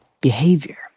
behavior